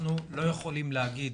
אנחנו לא יכולים להגיד